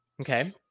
Okay